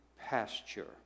pasture